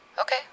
Okay